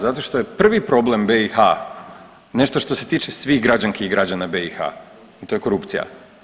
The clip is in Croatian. Zato što je prvi problem BiH nešto što se tiče svih građanki i građana BiH i to je korupcija.